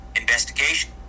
investigation